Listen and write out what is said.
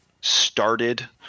started